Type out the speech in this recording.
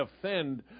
offend